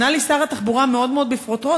ענה לי שר התחבורה מאוד מאוד בפרוטרוט,